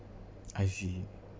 I see